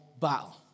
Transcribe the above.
battle